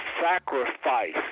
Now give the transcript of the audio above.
sacrifice